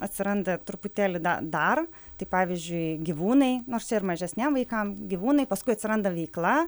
atsiranda truputėlį da dar tai pavyzdžiui gyvūnai nors čia ir mažesniem vaikam gyvūnai paskui atsiranda veikla